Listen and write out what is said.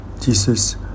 Jesus